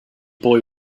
boy